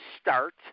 start